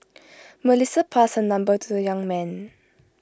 Melissa passed her number to the young man